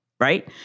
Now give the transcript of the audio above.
right